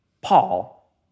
Paul